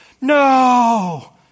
No